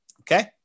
Okay